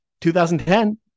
2010